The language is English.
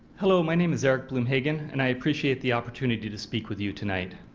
hello my name is eric blumhagen, and i appreciate the opportunity to speak with you tonight.